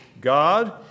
God